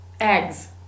Eggs